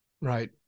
Right